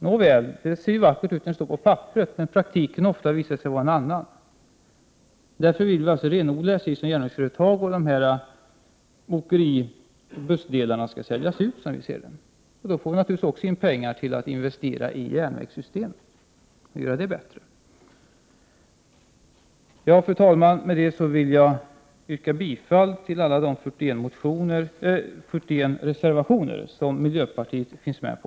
Nåväl, det ser ju vackert ut på papperet, men praktiken visar sig ofta vara en annan. Därför vill vi renodla SJ som järnvägsföretag. Åkerioch bussdelarna skall säljas ut, som vi ser det. Då får vi också in pengar att investera i järnvägssystemet och göra det bättre. Fru talman! Med detta vill jag yrka bifall till alla de 41 reservationer miljöpartiet finns med på.